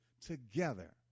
together